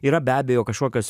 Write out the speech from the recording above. yra be abejo kažkokios